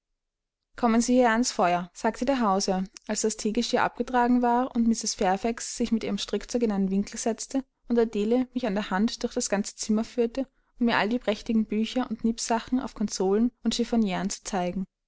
kommen sie hierher ans feuer sagte der hausherr als das theegeschirr abgetragen war und mrs fairfax sich mit ihrem strickzeug in einen winkel setzte und adele mich an der hand durch das ganze zimmer führte um mir all die prächtigen bücher und nippsachen auf konsolen und chiffonniren zu zeigen